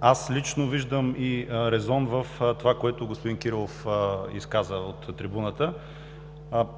Аз лично виждам резон в това, което господин Кирилов изказа от трибуната.